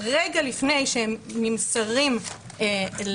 רגע לפני שהם נמסרים להגנה.